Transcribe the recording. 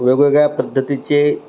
वेगवेगळ्या पद्धतीचे